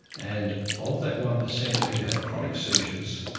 and of that one percent who have chronic seizures,